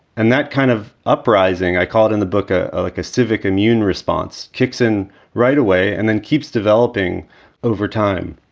and that kind of uprising, i call it in the book, ah ah like a civic immune response kicks in right away and then keeps developing over time.